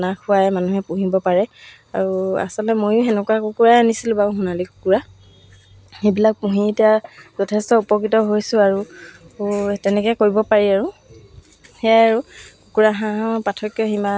আচলতে মোৰ ভৱিষ্যতেও বহুখিনিয়ে সপোন আছে এতিয়ালৈকে মই বহুত কাপোৰৰে অসমৰ গোলাঘাট ডিব্ৰুগড় যোৰহাট তাৰপিছত শিৱসাগৰ